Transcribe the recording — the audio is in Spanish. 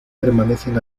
permanecen